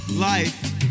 Life